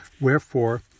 Wherefore